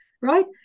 right